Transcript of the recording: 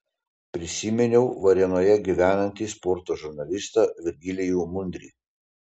prisiminiau varėnoje gyvenantį sporto žurnalistą virgilijų mundrį